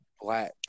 Black